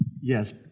Yes